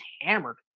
hammered